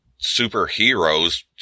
superheroes